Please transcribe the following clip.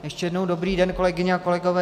Ještě jednou dobrý den kolegyně a kolegové.